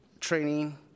training